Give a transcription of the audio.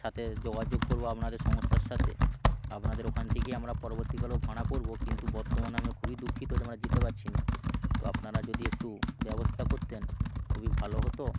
সাথে যোগাযোগ করব আপনার এই সংস্থার সাথে আপনাদের ওখান থেকেই আমরা পরবর্তীকালেও ভাড়া করব কিন্তু বর্তমানে আমরা খুবই দুঃখিত যে আমরা যেতে পারছি না তো আপনারা যদি একটু ব্যবস্থা করতেন খুবই ভালো হতো